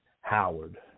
Howard